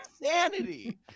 insanity